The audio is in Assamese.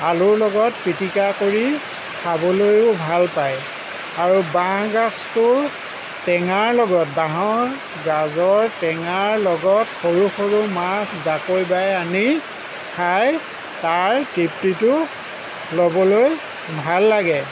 আলুৰ লগত পিটিকা কৰি খাবলৈও ভাল পায় আৰু বাঁহগাজটোৰ টেঙা বাঁহৰ গাজৰ টেঙাৰ লগত সৰু সৰু মাছ জাকৈ বাই আনি খাই তাৰ তৃপ্তিটো ল'বলৈ ভাল লাগে